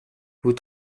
vous